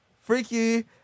Freaky